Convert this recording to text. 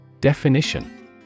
Definition